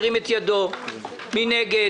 מי נגד?